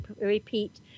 repeat